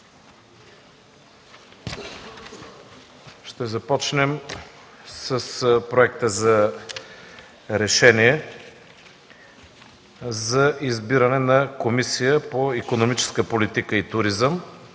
Ще започнем с: „Проект! РЕШЕНИЕ за избиране на Комисия по икономическа политика и туризъм